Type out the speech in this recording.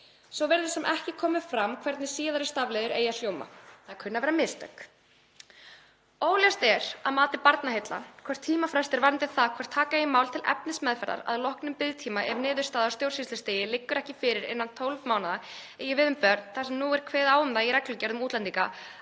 Svo virðist sem ekki komi fram hvernig síðari stafliður eigi að hljóma. Það kunna að vera mistök. 2. Óljóst er að mati Barnaheilla hvort tímafrestir varðandi það hvort taka eigi mál til efnismeðferðar að loknum biðtíma, ef niðurstaða á stjórnsýslustigi liggur ekki fyrir innan 12 mánaða, eigi við um börn þar sem nú er kveðið á um það í reglugerð um útlendinga